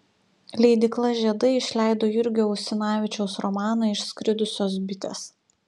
leidykla žiedai išleido jurgio usinavičiaus romaną išskridusios bitės